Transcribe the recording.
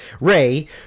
Ray